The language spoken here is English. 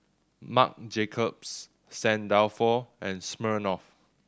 Marc Jacobs Saint Dalfour and Smirnoff